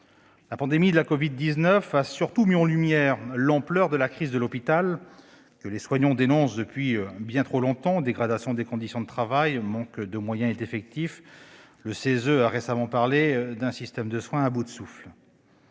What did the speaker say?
La pandémie de la covid-19 a surtout mis en lumière l'ampleur de la crise de l'hôpital, que les soignants dénoncent depuis bien trop longtemps- dégradation des conditions de travail, manque de moyens et d'effectifs ... Le Conseil économique, social